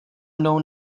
mnou